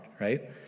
right